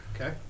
Okay